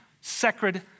sacred